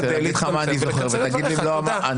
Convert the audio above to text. אני רוצה להגיד לך מה אני זוכר ותגיד לי אם לא --- לא,